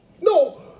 No